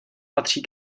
patří